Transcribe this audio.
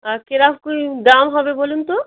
আর কেরকম কী দাম হবে বলুন তো